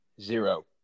Zero